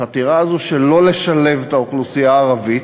החתירה הזאת של לא לשלב את האוכלוסייה הערבית,